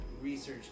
research